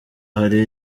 hari